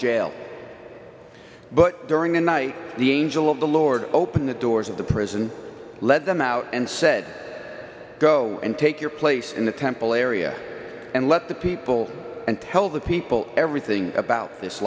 jail but during the night the angel of the lord opened the doors of the prison let them out and said go and take your place in the temple area and let the people and tell the people everything about this